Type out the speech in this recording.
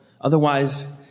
Otherwise